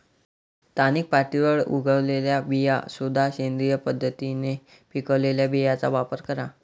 स्थानिक पातळीवर उगवलेल्या बिया शोधा, सेंद्रिय पद्धतीने पिकवलेल्या बियांचा वापर करा